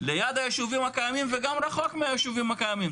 ליד הישובים הקיימים וגם רחוק מהישובים הקיימים.